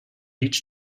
each